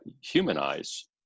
humanize